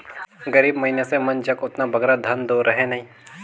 गरीब मइनसे मन जग ओतना बगरा धन दो रहें नई